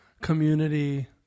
community